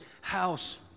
house